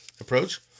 approach